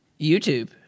youtube